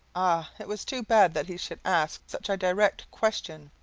ah, it was too bad that he should ask such a direct question.